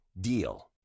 DEAL